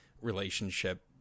relationship